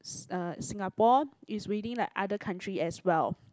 s~ uh Singapore is really like other country as well